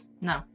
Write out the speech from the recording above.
No